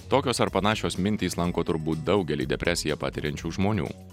tokios ar panašios mintys lanko turbūt daugelį depresiją patiriančių žmonių